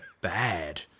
bad